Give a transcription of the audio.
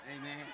Amen